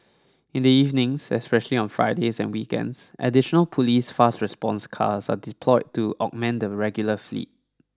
in the evenings especially on Fridays and weekends additional police fast response cars are deployed to augment the regular fleet